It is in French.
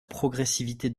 progressivité